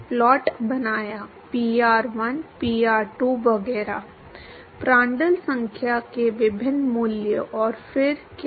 लेकिन जो अधिक दिलचस्प है वह यह देखना है कि विभिन्न सैद्धांतिक दृष्टिकोण क्या हैं